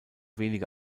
wenige